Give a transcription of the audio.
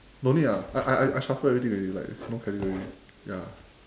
don't need ah I I I shuffle everything already like no category ya